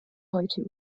heute